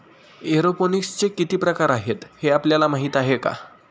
एरोपोनिक्सचे किती प्रकार आहेत, हे आपल्याला माहित आहे का?